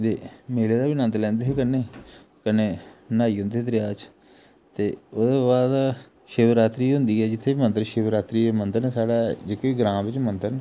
ते मेले दा बी नन्द लैंदे हे कन्नै कन्नै न्हाई औंदे हे दरेआ च ते ओह्दे बाद शिवरात्रि हुंदी ऐ जित्थै मंदर शिवरात्रि मंदर न साढ़े जेह्के ग्रांऽ बिच मंदर न